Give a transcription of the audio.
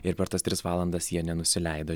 ir per tas tris valandas jie nenusileido